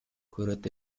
көрөт